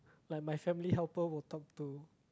like my family helper will talk to